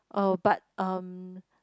oh but uh